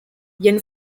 yen